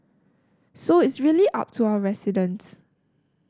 so it's really up to our residents